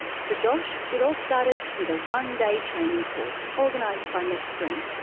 for josh it all started with a one day training course organised by meth screen.